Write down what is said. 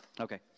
Okay